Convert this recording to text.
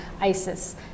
ISIS